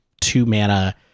two-mana